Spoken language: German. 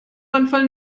brandfall